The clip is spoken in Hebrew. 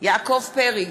יעקב פרי,